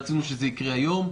רצינו שזה יקרה היום,